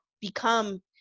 become